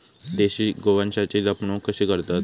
देशी गोवंशाची जपणूक कशी करतत?